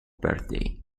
birthday